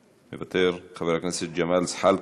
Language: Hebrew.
מוותר, חבר הכנסת ג'מאל זחאלקה,